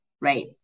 right